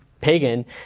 pagan